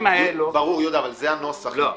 יהודה, זה הנוסח.